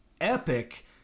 epic